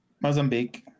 Mozambique